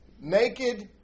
naked